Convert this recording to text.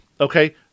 Okay